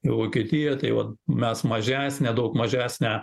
į vokietiją tai vat mes mažesnę daug mažesnę